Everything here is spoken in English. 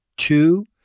Two